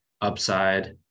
upside